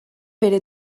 bere